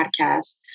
podcast